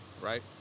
Right